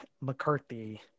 mccarthy